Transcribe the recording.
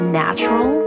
natural